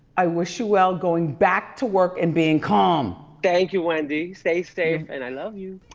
i wish you well going back to work and being calm. thank you wendy, stay safe and i love you.